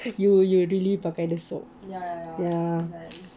you you really pakai the soap ya